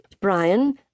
Brian